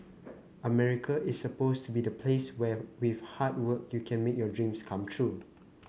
America is supposed to be the place where with hard work you can make your dreams come true